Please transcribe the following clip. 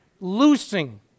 loosing